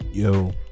yo